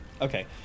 Okay